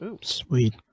Sweet